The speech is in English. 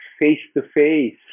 face-to-face